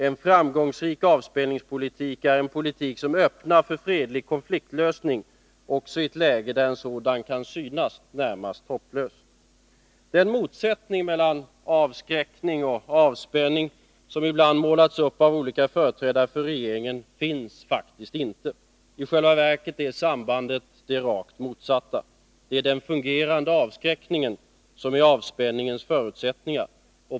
En framgångsrik avspänningspolitik är en politik som öppnar för fredlig konfliktlösning också i ett läge där en sådan kan synas närmast hopplös. Den motsättning mellan avskräckning och avspänning som ibland målats upp av olika företrädare för regeringen finns faktiskt inte. I själva verket är sambandet dem emellan det rakt motsatta: det är den fungerande avskräckningen som är avspänningens förutsättning.